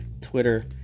Twitter